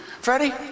Freddie